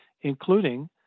including